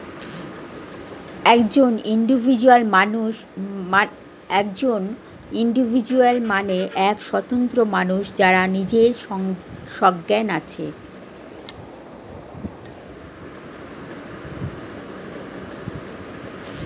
একজন ইন্ডিভিজুয়াল মানে এক স্বতন্ত্র মানুষ যার নিজের সজ্ঞান আছে